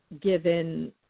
given